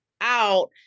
out